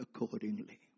accordingly